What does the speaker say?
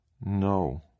No